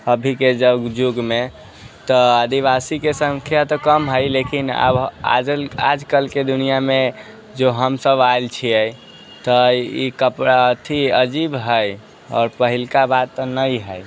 अभीके युगमे तऽ आदिवासीके सङ्ख्या तऽ कम हइ लेकिन अब आजकलके दुनिआँमे जो हमसब आयल छियै तऽ ई कपड़ा अथी अजीब हइ आओर पहिलका बात नहि हइ